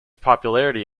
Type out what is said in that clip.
popularity